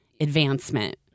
advancement